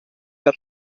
per